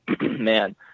man